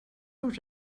nog